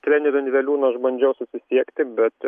treneriu indreliūnu aš bandžiau susisiekti bet